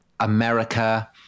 America